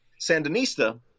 sandinista